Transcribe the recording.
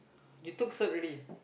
you took cert already